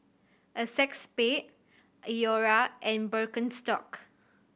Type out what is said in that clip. Acexspade Iora and Birkenstock